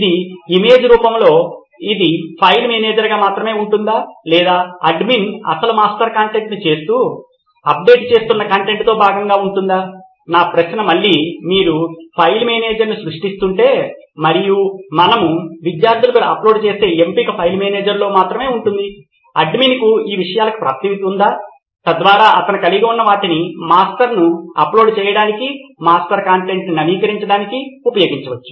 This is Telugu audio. ఇది ఇమేజ్ రూపంలో ఇది ఫైల్ మేనేజర్గా మాత్రమే ఉంటుందా లేదా అడ్మిన్ అసలు మాస్టర్ కంటెంట్ను చూస్తూ అప్డేట్ చేస్తున్న కంటెంట్లో భాగంగా ఉంటుందా నా ప్రశ్న మళ్ళీ మీరు ఫైల్ మేనేజర్ను సృష్టిస్తుంటే మరియు మనము విద్యార్థులకు అప్లోడ్ చేసే ఎంపిక ఫైల్ మేనేజర్లో మాత్రమే ఉంటుంది అడ్మిన్కు ఈ విషయాలకు ప్రాప్యత ఉందా తద్వారా అతను కలిగి ఉన్న వాటిని మాస్టర్ను అప్లోడ్ చేయడానికి మాస్టర్ కంటెంట్ను నవీకరించడానికి ఉపయోగించవచ్చు